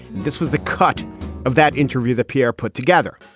this was the cut of that interview the pr put together.